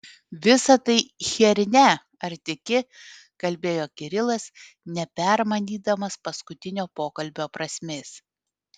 visa tai chiernia ar tiki kalbėjo kirilas nepermanydamas paskutinio pokalbio prasmės